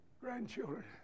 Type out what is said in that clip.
grandchildren